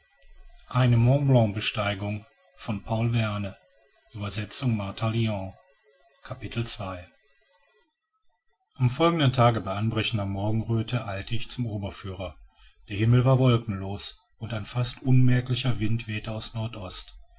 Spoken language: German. am folgenden tage bei anbrechender morgenröthe eilte ich zum oberführer der himmel war wolkenlos und ein fast unmerklicher wind wehte aus nordost